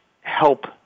help